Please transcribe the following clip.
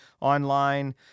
online